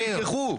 נלקחו.